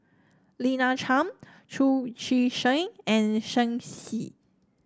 Lina Chiam Chu Chee Seng and Shen Xi